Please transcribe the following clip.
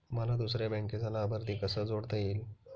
मला दुसऱ्या बँकेचा लाभार्थी कसा जोडता येईल?